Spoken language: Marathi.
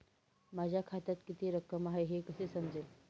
माझ्या खात्यात किती रक्कम आहे हे कसे समजेल?